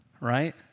right